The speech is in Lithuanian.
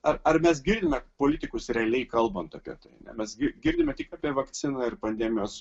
ar ar mes girdime politikus realiai kalbant apie tai ne mes gi girdime tik apie vakciną ir pandemijos